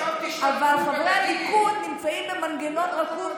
אבל חברי ליכוד נמצאים במנגנון רקוב,